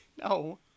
No